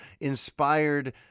inspired